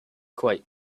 quite